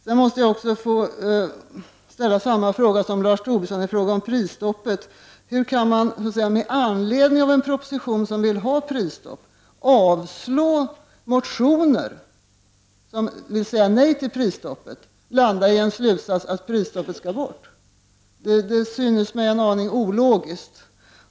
Sedan måste jag också ställa samma fråga som Lars Tobisson ställde: Hur kan man med anledning av en proposition i vilken det föreslås prisstopp yrka avslag på motioner i vilka man säger nej till prisstoppet och sedan komma till slutsatsen att prisstoppet skall bort? Det synes mig en aning ologiskt.